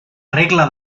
regla